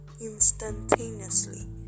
instantaneously